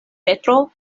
petro